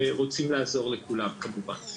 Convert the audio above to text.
ורוצים לעזור לכולם כמובן.